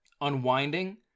unwinding